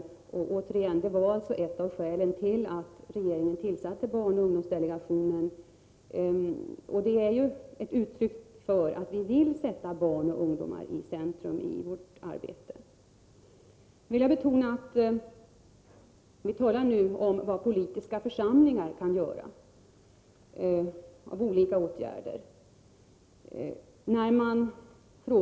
Som jag sade var det ett av skälen till att regeringen tillsatte barnoch ungdomsdelegationen. Det är ett uttryck för att vi vill sätta barn och ungdomar i centrum för vårt arbete. Vad vi nu talar om är vilka åtgärder olika politiska församlingar kan vidta. Här finns också en annan aspekt.